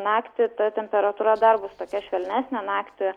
naktį ta temperatūra dar bus tokia švelnesnė naktį